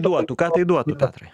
duotų ką tai duotų petrai